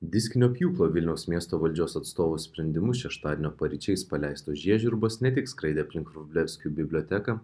diskinio pjūklo vilniaus miesto valdžios atstovo sprendimu šeštadienio paryčiais paleistos žiežirbos ne tik skraidė aplink vrublevskių biblioteką